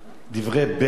דברי בלע?